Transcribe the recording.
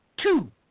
two